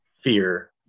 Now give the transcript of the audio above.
fear